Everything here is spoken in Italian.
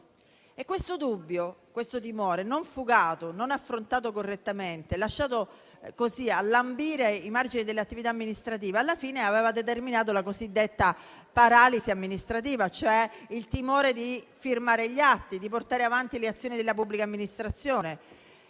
E questo dubbio, questo timore non fugato, non affrontato correttamente, lasciato a lambire ai margini delle attività amministrative, alla fine aveva determinato la cosiddetta paralisi amministrativa, cioè il timore di firmare gli atti, di portare avanti le azioni della pubblica amministrazione,